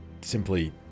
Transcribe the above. simply